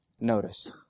notice